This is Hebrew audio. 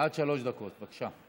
עד שלוש דקות, בבקשה.